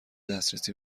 دسترسی